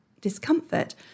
discomfort